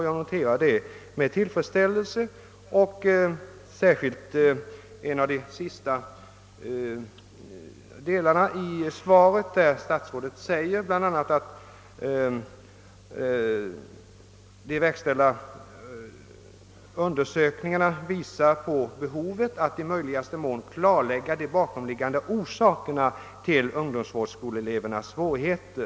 Jag noterar detta med tillfredsställelse, och särskilt har jag fäst mig vid vad statsrådet säger i avslutningen: »De verkställda undersökningarna har också visat på behovet av att i möjligaste mån klarlägga de bakomliggande orsakerna till ungdomsvårdsskoleelevernas svårigheter.